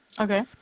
okay